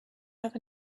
have